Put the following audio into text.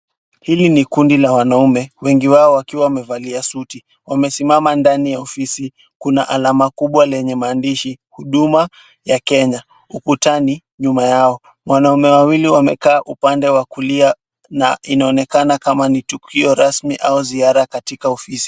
Hili ni kundi la wanaume. Wengi wao wakiwa wamevalia suti. Wamesimama ndani ya ofisi. Kuna alama kubwa lenye maandishi huduma ya Kenya ukutani nyuma yao. Mwanaume wawili wamekaa upande wa kulia na inaonekana kama ni tukio ramsi ua ziara katika ofisi.